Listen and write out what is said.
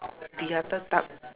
the other type